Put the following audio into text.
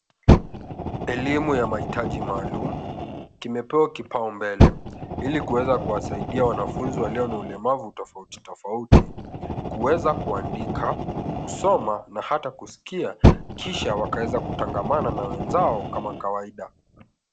Elimu ya mahitaji maalum kimepewa kipaumbele ili kuweza kuwasaidia wanafunzi walio na ulemavu tofauti tofauti kuweza kuandika, kusoma na hata kusikia kisha wakaweza kutangamana na wenzao kama kawaida.